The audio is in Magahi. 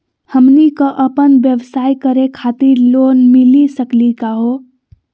हमनी क अपन व्यवसाय करै खातिर लोन मिली सकली का हो?